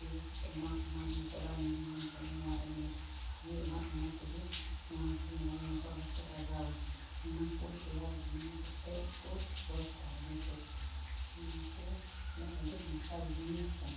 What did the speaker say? ᱤᱭᱟᱹᱠᱟᱛᱮ ᱱᱚᱣᱟ ᱱᱚᱣᱟ ᱥᱚᱨᱟᱨᱮ ᱱᱚᱣᱨᱮ ᱢᱚᱡᱽ ᱦᱩᱭᱩᱜᱼᱟ ᱚᱱᱟᱛᱮᱜᱮ ᱱᱚᱣᱟᱠᱚ ᱢᱟᱹᱨᱤᱪ ᱢᱚᱥᱚᱞᱟᱠᱚ ᱞᱟᱜᱟᱣᱟ ᱚᱱᱟᱠᱚ ᱛᱮᱭᱟᱨ ᱵᱮᱱᱟᱣ ᱠᱟᱛᱮᱫᱠᱚ ᱯᱳᱥᱴᱟ ᱤᱭᱩᱴᱩᱵᱽ ᱱᱚᱣᱟᱠᱚ ᱟᱹᱰᱤ ᱱᱟᱯᱟᱭ ᱡᱤᱱᱤᱥ ᱠᱟᱱᱟ